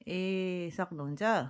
ए सक्नुहुन्छ